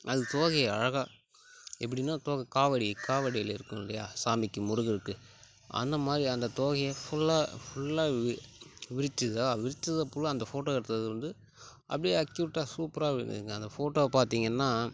அது தோகையை அழகாக எப்படினா தோகை காவடி காவடியில இருக்கும்லயா சாமிக்கு முருகருக்கு அந்தமாதிரி அந்தத் தோகையை ஃபுல்லாக ஃபுல்லாக வி விரிச்சிதான் விரிச்சதை ஃபுல்லாக அந்த ஃபோட்டோ எடுத்தது வந்து அப்படியே அக்யூரட்டாக சூப்பராக விழுந்திருந்ததுங்க அந்த ஃபோட்டோவை பார்த்திங்கனா